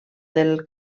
del